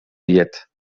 diet